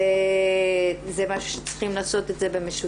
זה מה שצריכים לעשות את זה במשותף.